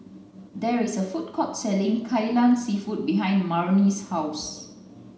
there is a food court selling Kai Lan seafood behind Marnie's house